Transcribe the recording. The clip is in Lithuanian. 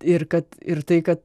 ir kad ir tai kad